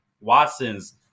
Watson's